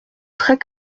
très